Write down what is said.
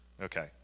Okay